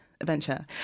adventure